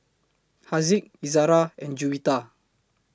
Haziq Izzara and Juwita